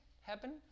happen